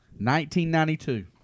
1992